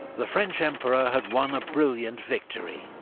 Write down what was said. the french emperor had won a brilliant victory.